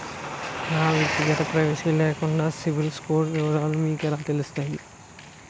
నా వ్యక్తిగత ప్రైవసీ లేకుండా సిబిల్ స్కోర్ వివరాలు మీకు ఎలా తెలుస్తాయి?